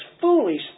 foolish